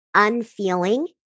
unfeeling